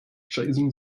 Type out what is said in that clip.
chasing